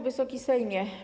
Wysoki Sejmie!